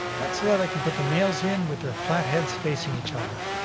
that's so that i can put the nails in with their flat heads facing each other.